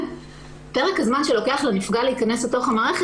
פרק הזמן שלוקח לנפגע להיכנס לתוך המערכת,